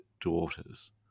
daughters